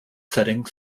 setting